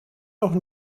noch